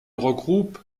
regroupe